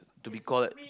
to be called